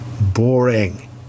Boring